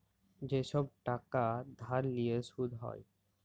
যে ছব টাকা ধার লিঁয়ে সুদ হ্যয়